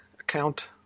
account